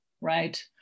right